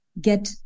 get